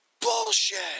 bullshit